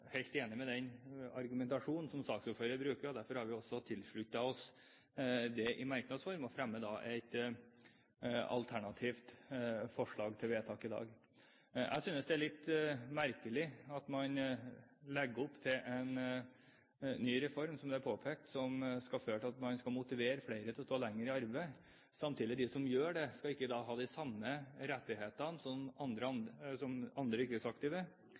helt enig i den argumentasjonen som saksordføreren bruker, og derfor har vi også sluttet oss til det i merknads form og fremmer sammen med Høyre og Kristelig Folkeparti et alternativt forslag til vedtak i dag. Jeg synes det er litt merkelig at man legger opp til en ny reform, som det er påpekt, som skal motivere flere til å stå lenger i arbeid, samtidig som at de som gjør det, ikke skal ha de samme rettighetene som andre yrkesaktive fordi de har